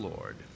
Lord